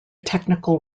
technical